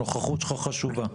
הנוכחות שלך חשובה.